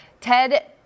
Ted